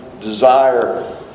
desire